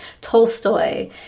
Tolstoy